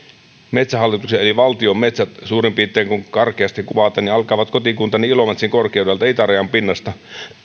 metsähallituksen eli valtion metsät alkavat suurin piirtein kun karkeasti kuvataan kotikuntani ilomantsin korkeudelta itärajan pinnasta